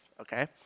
okay